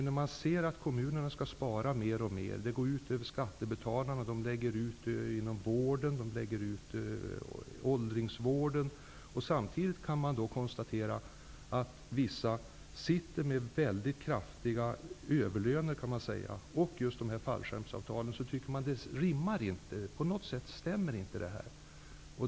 När nu kommunerna skall spara mer och mer, går detta ut över skattebetalarna genom att besparingarna läggs ut exempelvis inom vården och åldringsvården. Samtidigt kan man konstatera att vissa personer sitter med väldigt kraftiga överlöner och fallskärmsavtal. Det rimmar inte. På något sätt stämmer det inte.